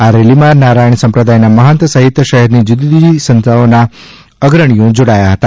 આ રેલીમાં નારાયણ સંપ્રદાયના મહંત સહિત શહેરની જૂદી જૂદી સંસ્થોના અગ્રણીઓ જોડાયા હતા